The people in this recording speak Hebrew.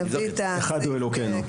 אחד הוא אלוקינו.